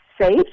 safe